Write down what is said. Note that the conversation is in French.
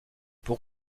pour